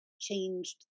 changed